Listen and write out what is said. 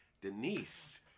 Denise